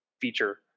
feature